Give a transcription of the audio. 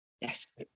Yes